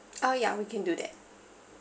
uh yeah we can do that